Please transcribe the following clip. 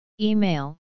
Email